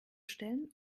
stellen